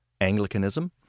Anglicanism